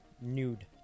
Nude